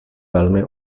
velmi